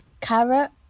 carrot